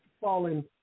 fallen